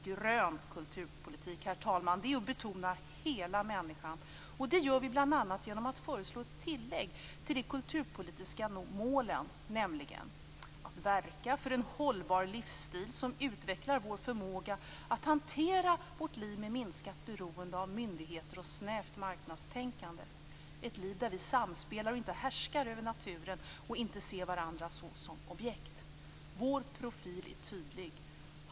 Grön kulturpolitik är att betona hela människan. Det gör vi bl.a. genom att föreslå ett tilllägg till de kulturpolitiska målen, nämligen att verka för en hållbar livsstil som utvecklar vår förmåga att hantera vårt liv med minskat beroende av myndigheter och snävt marknadstänkande, ett liv där vi samspelar med och inte härskar över naturen och inte ser varandra såsom objekt. Vår profil är tydlig.